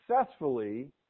successfully